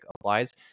applies